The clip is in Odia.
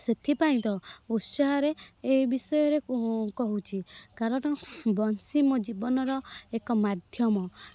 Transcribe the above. ସେଥିପାଇଁ ତ ଉତ୍ସାହରେ ଏଇ ବିଷୟରେ କହୁଛି କାରଣ ବଂଶୀ ମୋ ଜୀବନର ଏକ ମାଧ୍ୟମ